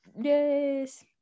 yes